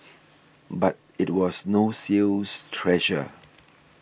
but it was no sales treasure